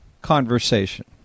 conversation